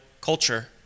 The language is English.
culture